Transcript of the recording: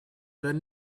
than